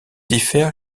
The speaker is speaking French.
diffère